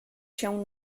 się